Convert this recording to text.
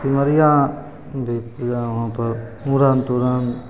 सिमरिया भी गेलहुँ वहाँपर मूड़न तूड़न